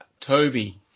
Toby